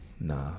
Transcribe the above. Nah